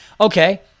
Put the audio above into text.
Okay